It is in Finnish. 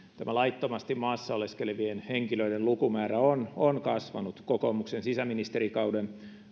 laittomasti maassa oleskelevien henkilöiden lukumäärä on on kasvanut kokoomuksen sisäministerikauden